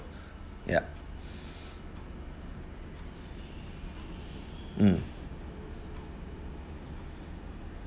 yup mm